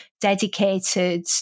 dedicated